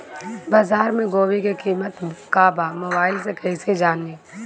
बाजार में गोभी के कीमत का बा मोबाइल से कइसे जानी?